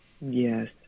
Yes